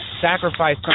sacrifice